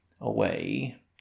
away